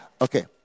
okay